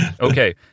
Okay